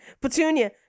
Petunia